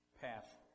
path